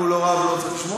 אם הוא לא רב, לא צריך לשמוע?